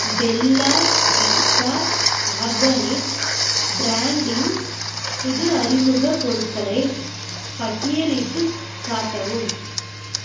Bella Vita organic பிராண்டின் புது அறிமுகப் பொருட்களை பட்டியலிட்டுக் காட்டவும்